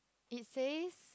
it says